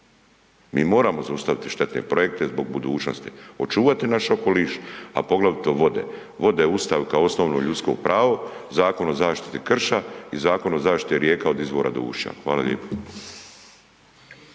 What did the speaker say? Mi moramo zaustaviti štetne projekte zbog budućnosti, očuvati naš okoliš, a poglavito vode, vode u Ustav kao osnovno ljudsko pravo, Zakon o zaštiti krša i Zakon o zaštiti rijeka od izvora do ušća. Hvala lijepo.